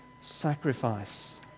sacrifice